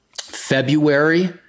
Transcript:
February